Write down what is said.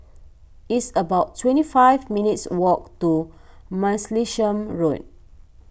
it's about twenty five minutes' walk to Martlesham Road